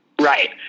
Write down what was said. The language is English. right